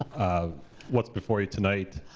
ah what's before you tonight,